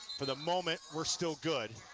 for the moment we're still good